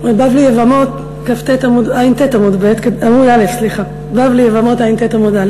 שגם אם אינם צורכי דת, הם צרכים אמיתיים,